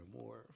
more